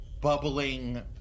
bubbling